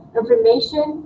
information